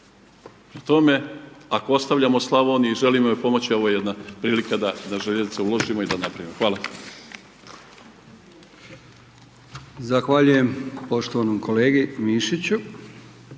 Prema tome, ako ostavljamo Slavoniju i želimo joj pomoći, ovo je jedna prilika da u željeznice uložimo i da napravimo. Hvala. **Brkić, Milijan (HDZ)** Zahvaljujem poštovanom kolegu Mišiću.